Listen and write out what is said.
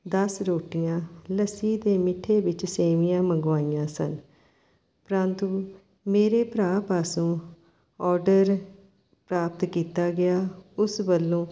ਦਸ ਰੋਟੀਆਂ ਲੱਸੀ ਅਤੇ ਮਿੱਠੇ ਵਿੱਚ ਸੇਵੀਆਂ ਮੰਗਵਾਈਆਂ ਸਨ ਪ੍ਰੰਤੂ ਮੇਰੇ ਭਰਾ ਪਾਸੋਂ ਔਡਰ ਪ੍ਰਾਪਤ ਕੀਤਾ ਗਿਆ ਉਸ ਵੱਲੋਂ